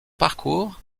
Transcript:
parcours